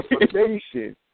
information